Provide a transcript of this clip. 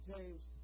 James